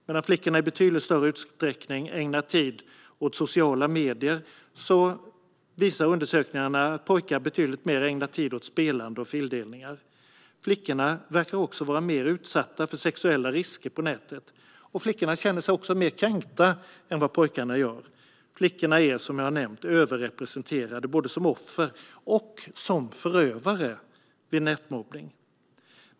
Medan flickorna i betydligt större utsträckning ägnar tid åt sociala medier visar undersökningarna att pojkarna ägnar betydligt mer tid åt spelande och fildelning. Flickor tycks också vara mer utsatta för sexuella risker på nätet, och flickor känner sig mer kränkta än pojkar. Flickor är som sagt överrepresenterade både som offer och förövare vid nätmobbning.